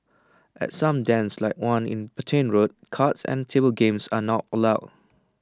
at some dens like one in Petain road cards and table games are not allowed